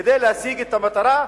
כדי להשיג את המטרה,